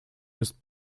ist